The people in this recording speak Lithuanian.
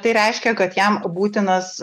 tai reiškia kad jam būtinas